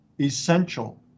essential